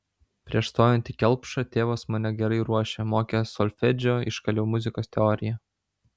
prieš stojant į kelpšą tėvas mane gerai ruošė mokė solfedžio iškaliau muzikos teoriją